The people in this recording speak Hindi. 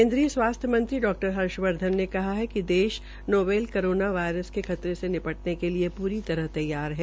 केन्द्रीय स्वास्थ्य मंत्री डा हर्षवर्धन ने कहा है कि देश नोवेल कोरोना वायरस के खतरे से निपटन के लिए पूरी तरह तैयार है